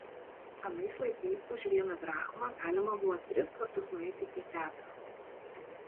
anais laikais už vieną drachmą galima buvo tris kartus nueiti į teatrą